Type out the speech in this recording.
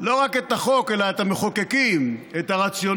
לא רק את החוק, אלא את המחוקקים, את הרציונל,